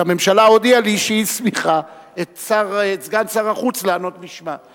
שהממשלה הודיעה לי שהיא הסמיכה את סגן שר החוץ לענות בשמה,